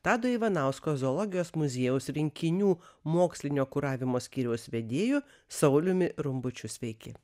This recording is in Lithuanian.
tado ivanausko zoologijos muziejaus rinkinių mokslinio kuravimo skyriaus vedėju sauliumi rumbučiu sveiki